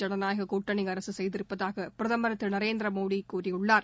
ஜனநாயகக் கூட்டணி அரசு செய்திருப்பதாகவும் பிரதமர் திரு நரேந்திர மோடி கூறியுள்ளார்